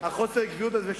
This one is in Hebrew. חוסר העקביות הזה.